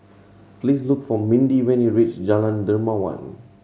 please look for Mindi when you reach Jalan Dermawan